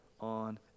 on